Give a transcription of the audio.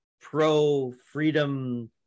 pro-freedom